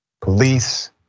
Police